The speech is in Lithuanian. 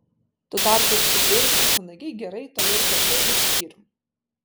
tuo tarpu su prieveiksmiais mandagiai gerai toli ir kartu ir skyrium